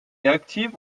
active